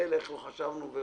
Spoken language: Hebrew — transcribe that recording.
איך לא חשבנו.